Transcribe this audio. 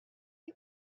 you